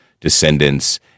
descendants